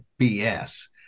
BS